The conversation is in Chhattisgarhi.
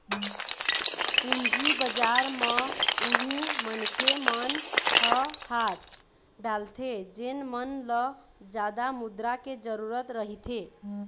पूंजी बजार म उही मनखे मन ह हाथ डालथे जेन मन ल जादा मुद्रा के जरुरत रहिथे